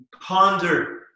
ponder